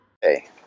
Hey